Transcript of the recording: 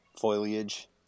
Foliage